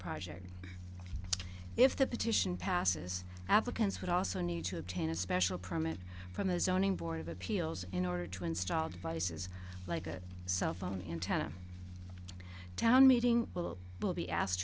project if the petition passes applicants would also need to obtain a special permit from the zoning board of appeals in order to install devices like a cell phone in tennessee town meeting will be asked